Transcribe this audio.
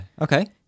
Okay